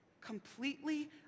completely